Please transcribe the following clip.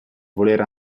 voler